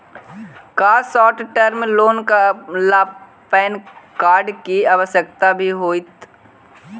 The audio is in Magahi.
का शॉर्ट टर्म लोन ला पैन कार्ड की आवश्यकता भी होतइ